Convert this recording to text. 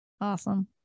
Awesome